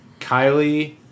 Kylie